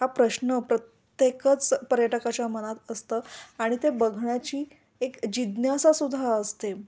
हा प्रश्न प्रत्येकच पर्यटकाच्या मनात असतं आणि ते बघण्याची एक जिज्ञसासुद्धा असते